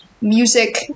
music